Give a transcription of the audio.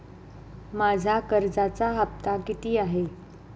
माझा कर्जाचा हफ्ता किती आहे?